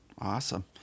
Awesome